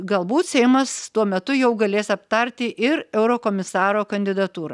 galbūt seimas tuo metu jau galės aptarti ir eurokomisaro kandidatūrą